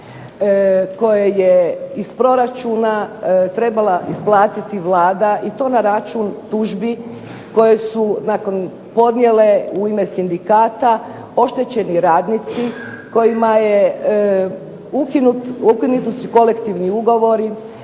koje je iz proračuna trebala isplatiti Vlada i to na račun tužbi koje su podnijele u ime sindikata oštećeni radnici kojima je ukinuti su kolektivni ugovori,